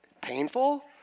Painful